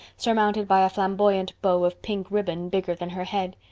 surmounted by a flamboyant bow of pink ribbon bigger than her head.